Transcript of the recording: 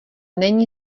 není